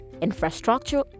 infrastructure